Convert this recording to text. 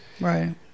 Right